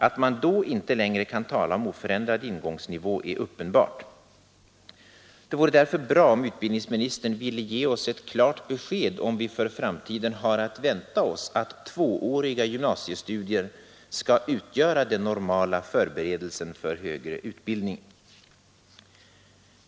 Att man då inte längre kan tala om oförändrad ingångsnivå är uppenbart. Det vore därför bra om utbildningsministern ville ge oss ett klart besked om vi för framtiden har att vänta oss att tvååriga gymnasiestudier skall utgöra den normala förberedelsen för högre utbildning.